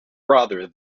rather